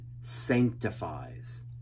sanctifies